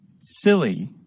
silly